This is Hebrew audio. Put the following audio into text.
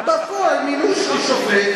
בפועל בפועל מינוי של שופט,